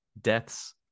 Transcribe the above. deaths